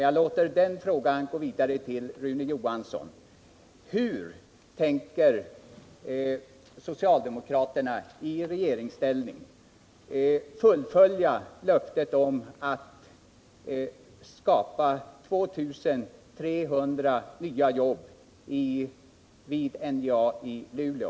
Jag låter den gå vidare till Rune Johansson: Hur tänker socialdemokraterna i regeringsställning fullfölja löftet om att skapa 2 300 nya jobb vid NJA i Luleå?